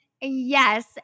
yes